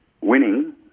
winning